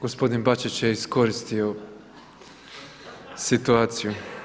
Gospodin Bačić je iskoristio situaciju.